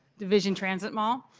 division transit mall